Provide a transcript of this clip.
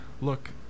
look